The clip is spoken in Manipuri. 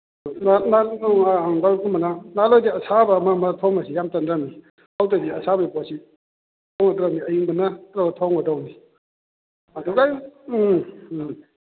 ꯑꯁꯥꯕ ꯑꯃ ꯑꯃ ꯊꯣꯝꯕꯁꯤ ꯌꯥꯝ ꯇꯧꯗ꯭ꯔꯝꯅꯤ ꯈꯧꯇꯗꯤ ꯑꯁꯥꯕ ꯄꯣꯠꯁꯤ ꯇꯧꯗ꯭ꯔꯝꯅꯤ ꯑꯌꯤꯡꯕꯅ ꯊꯣꯝꯒꯗꯧꯅꯤ ꯑꯗꯨꯒ ꯎꯝ ꯎꯝ